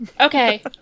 Okay